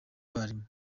abarimu